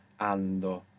ando